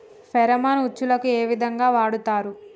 Pheromone ఉచ్చులకు ఏ విధంగా వాడుతరు?